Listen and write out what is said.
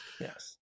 Yes